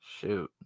shoot